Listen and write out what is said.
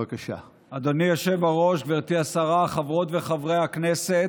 אדוני היושב-ראש, גברתי השרה, חברות וחברי הכנסת,